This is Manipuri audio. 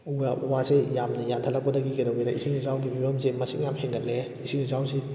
ꯎ ꯋꯥ ꯎ ꯋꯥꯁꯦ ꯌꯥꯝꯅ ꯌꯥꯟꯊꯠꯂꯛꯄꯗꯒꯤ ꯀꯩꯇꯧꯒꯦꯗ ꯏꯁꯤꯡ ꯏꯆꯥꯎꯒꯤ ꯐꯤꯕꯝꯁꯦ ꯃꯁꯤꯡ ꯌꯥꯝ ꯍꯦꯟꯒꯠꯂꯛꯑꯦ ꯏꯁꯤꯡ ꯏꯆꯥꯎꯁꯤ